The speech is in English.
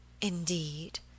Indeed